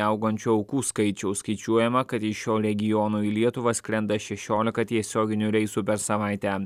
augančio aukų skaičiaus skaičiuojama kad iš šio regiono į lietuvą skrenda šešiolika tiesioginių reisų per savaitę